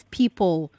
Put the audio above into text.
people